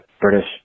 british